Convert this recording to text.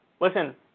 Listen